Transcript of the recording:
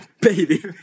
baby